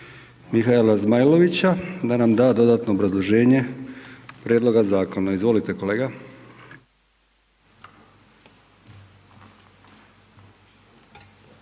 Mihaela Zmajlovića da nam da dodatno obrazloženje prijedloga zakona. Izvolite kolega.